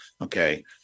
Okay